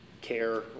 care